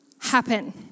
happen